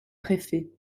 préfet